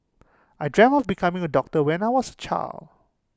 I dreamt of becoming A doctor when I was A child